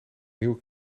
nieuwe